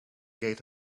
gate